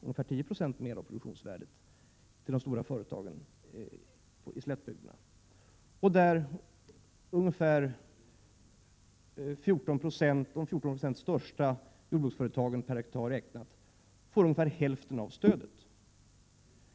Ungefär 14 90 av de per hektar räknat största jordbruksföretagen får ungefär hälften av stödet.